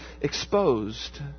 exposed